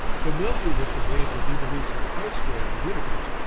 familiar with the ways of evolution elsewhere in the universe,